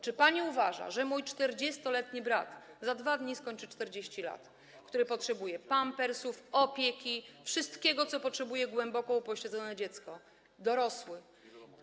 Czy pani uważa, że mój 40-letni brat - za 2 dni skończy 40 lat - który potrzebuje pampersów, opieki, wszystkiego, czego potrzebuje głęboko upośledzone dziecko, dorosły.